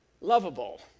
lovable